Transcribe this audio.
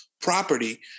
property